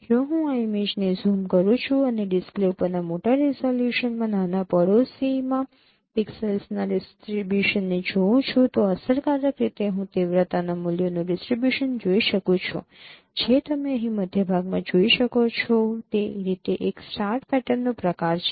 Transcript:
જો હું આ ઇમેજને ઝૂમ કરું છું અને ડિસ્પ્લે ઉપરના મોટા રિઝોલ્યુશનમાં નાના પડોશીમાં પિક્સેલ્સના ડિસ્ટ્રિબ્યુસનને જોઉં છું તો અસરકારક રીતે હું તીવ્રતાના મૂલ્યોનું ડિસ્ટ્રિબ્યુસન જોઈ શકું છું જે તમે અહીં મધ્ય ભાગમાં જોઈ શકો છો તે રીતે એક સ્ટાર પેટર્નનો પ્રકાર છે